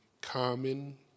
Common